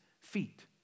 feet